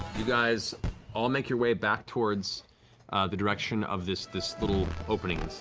you guys all make your way back towards the direction of this this little opening,